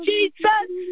Jesus